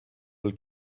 will